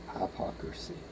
hypocrisy